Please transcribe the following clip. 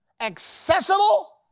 accessible